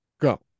Go